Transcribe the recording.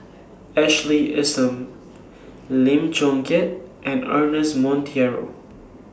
Ashley Isham Lim Chong Keat and Ernest Monteiro